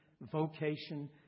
vocation